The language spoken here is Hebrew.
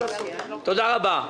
תודה רבה.